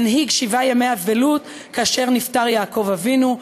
מנהיג שבעה ימי אבלות כאשר נפטר יעקב אבינו,